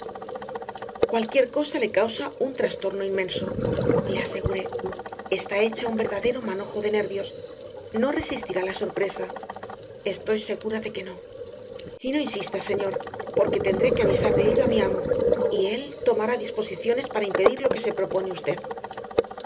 cualquier cosa le causa un trastorno inmenso le aseguré está hecha un verdadero manojo de nervios no resistirá la sorpresa estoy segura de que no y no insista señor porque tendré que avisar de ello a mi amo y él tomará disposiciones para impedir lo que se propone usted